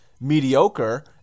mediocre